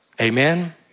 Amen